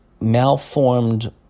malformed